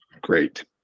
great